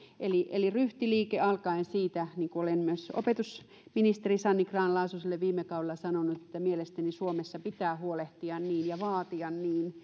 eli eli ryhtiliike alkaen siitä niin kuin olen myös opetusministeri sanni grahn laasoselle viime kaudella sanonut mielestäni suomessa pitää huolehtia ja vaatia